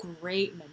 great